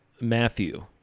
Matthew